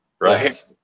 Right